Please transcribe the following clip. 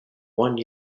one